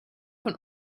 von